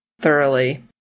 thoroughly